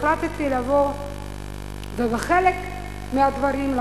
החלטתי לבוא ולחזור על חלק מהדברים.